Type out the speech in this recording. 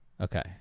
okay